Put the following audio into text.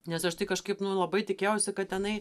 nes aš tai kažkaip nu labai tikėjausi kad tenai